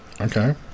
Okay